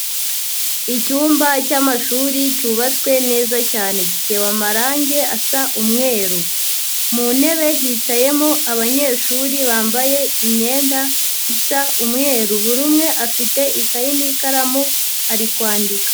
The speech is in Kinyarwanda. Icyumba cy'amashuri cyubatswe neza cyane, gitewe amarangi asa umweru, mu ntebe hicayemo abanyeshuri bambaye imyenda isa umweru, buri umwe afite ikayi n'ikaramu, ari kwandika.